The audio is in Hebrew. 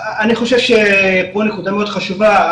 אני חושב שפה הנקודה מאוד חשובה,